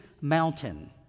mountain